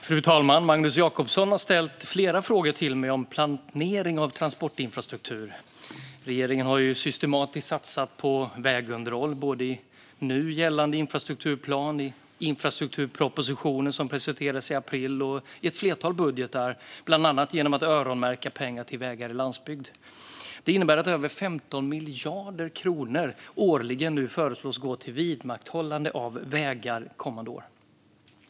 Fru talman! Magnus Jacobsson har ställt flera frågor till mig om planering av transportinfrastruktur. Regeringen har systematiskt satsat på vägunderhåll, både i nu gällande infrastrukturplan, i den infrastrukturproposition som presenterades i april och i ett flertal budgetar, bland annat genom att öronmärka pengar till vägar i landsbygd. Det innebär att över 15 miljarder kronor årligen föreslås gå till vidmakthållande av vägar kommande år.